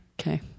Okay